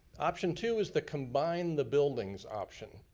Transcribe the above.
option two is the combine the buildings option.